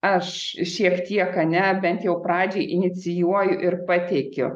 aš šiek tiek ar ne bent jau pradžiai inicijuoju ir pateikiu